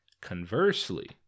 Conversely